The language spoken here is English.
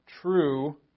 True